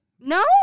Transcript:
No